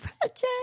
project